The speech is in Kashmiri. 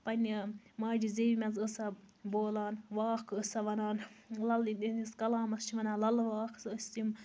پَنٕنہِ ماجہِ زیوِ منٛز ٲس سۄ بولان واکھ ٲس سۄ وَنان لل دید سٔندِس کَلامَس چھِ وَنان لعلہٕ واکھ